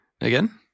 Again